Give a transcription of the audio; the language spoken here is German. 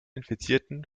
infizierten